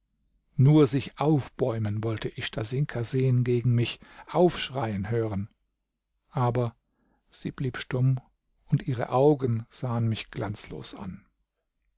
nur sich aufbäumen wollte ich stasinka sehen gegen mich aufschreien hören aber sie blieb stumm und ihre augen sahen mich glanzlos an